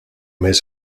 mes